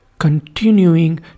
continuing